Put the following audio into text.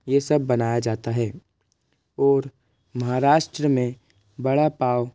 ये सब बनाया जाता है और महाराष्ट्र में बड़ा पाव